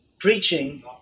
Preaching